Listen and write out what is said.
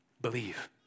Believe